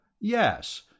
Yes